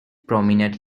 prominent